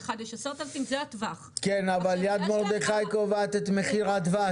לאחד יש 10,000. אבל "יד מרדכי" קובעת את מחיר הדבש.